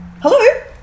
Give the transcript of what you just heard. hello